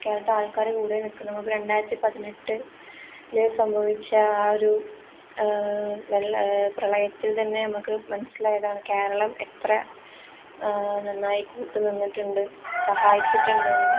കേരളത്തെ ആൾക്കാർ കൂടെ നിൽക്കുന്ന നമുക്ക് രണ്ടായിരത്തി പതിനെട്ടിൽ സംഭവിച്ച ആ ഒരു വെള്ള പ്രളയത്തിൽ തന്നെ നമുക്ക് മനസ്സിലായതാണ് കേരളം എത്ര നന്നായി കൂട്ട് നിന്നിട്ടുണ്ട് സഹായിച്ചിട്ടുണ്ട് എന്ന്